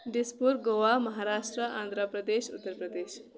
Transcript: ڈس پور گوا مہاراشٹر آندھرا پردیش اُتر پردیش